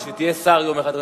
אולי כשתהיה שר יום אחד,